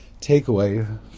takeaway